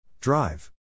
Drive